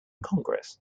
congress